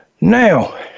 Now